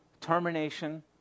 termination